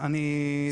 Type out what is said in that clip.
אני אשמח לציין.